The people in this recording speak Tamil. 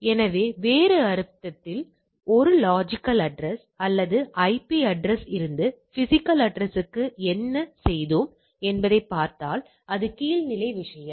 எனவே வேறு அர்த்தத்தில் ஒரு லொஜிக்கல் அட்ரஸ் அல்லது ஐபி அட்ரஸ் இருந்து பிஸிக்கல் அட்ரஸ்க்கு என்ன செய்தோம் என்பதைப் பார்த்தால் இது கீழ்நிலை விஷயம்